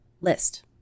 list